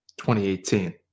2018